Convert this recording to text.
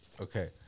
Okay